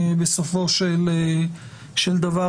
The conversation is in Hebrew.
בסופו של דבר,